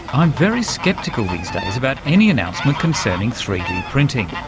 i'm very sceptical these days about any announcement concerning three d printing,